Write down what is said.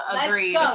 Agreed